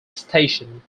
station